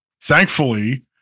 thankfully